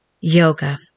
yoga